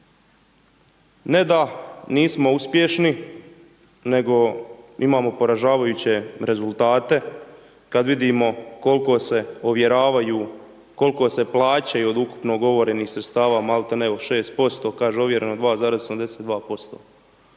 Ne da nismo uspješni, nego imamo poražavajuće rezultate, kad vidimo kol'ko se ovjeravaju, kol'ko se plaćaju od ukupno ugovorenih sredstava, maltene ne u 6%, ovjereno 2,82%.